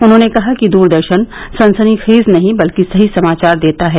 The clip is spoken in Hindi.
उन्होंने कहा कि दूरदर्शन सनसनीखेज नहीं बल्कि सही समाचार देता है